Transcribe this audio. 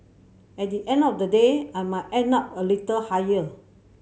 at the end of the day I might end up a little higher